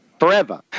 Forever